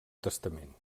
testament